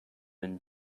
and